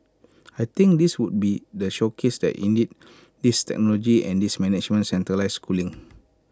I think this would be the showcase that indeed this technology and this management centralised cooling